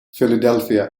philadelphia